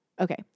okay